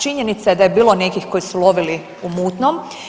Činjenica je da je bilo nekih koji su lovili u mutnom.